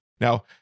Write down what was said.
Now